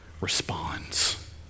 responds